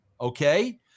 okay